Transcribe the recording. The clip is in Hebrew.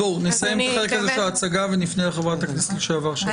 נסיים את החלק הזה של ההצגה ונפנה לחברת הכנסת לשעבר שרון רופא אופיר.